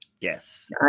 Yes